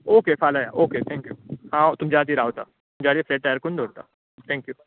okay फाल्यां okay thank you हांव तुमच्या खातीर रावतां डायरेक्ट फ्लॅट तयार करून दवरतां थँक्यू